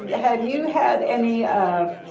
yeah have you had any? ah